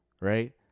Right